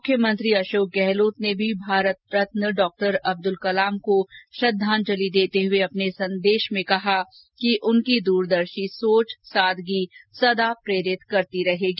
मुख्यमंत्री अशोक गहलोत ने भी भारत रत्न डॉक्टर अब्दुल कलाम को श्रद्वांजलि देते हुए अपने संदेश में कहा कि उनकी दूरदर्शी सोच सादगी सदा प्रेरित करती रहेगी